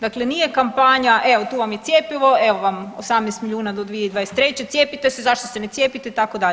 Dakle nije kampanja, evo, tu vam je cjepivo, evo vam 18 milijuna do 2023., cijepite se, zašto se ne cijepite, itd.